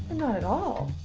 at all.